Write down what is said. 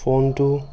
ফোনটো